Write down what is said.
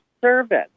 service